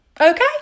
Okay